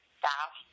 staff